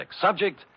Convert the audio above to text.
Subject